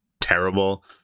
terrible